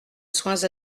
soins